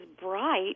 bright